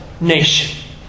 nation